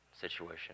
situation